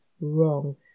wrong